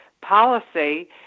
policy